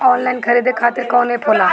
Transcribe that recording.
Online खरीदे खातीर कौन एप होला?